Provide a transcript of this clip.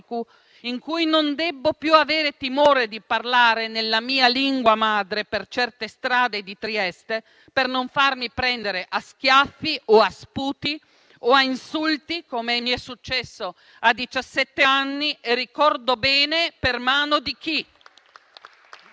in cui non debbo più avere timore di parlare nella mia lingua madre per certe strade di Trieste, per non farmi prendere a schiaffi, sputi o insulti, come mi è successo a diciassette anni, e ricordo bene per mano di chi.